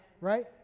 Right